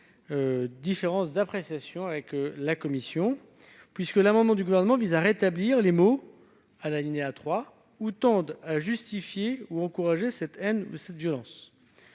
différence d'appréciation avec la commission, puisque l'amendement du Gouvernement vise à rétablir à l'alinéa 3 les mots « ou tendent à justifier ou encourager cette haine ou cette violence